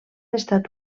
estat